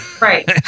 Right